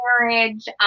marriage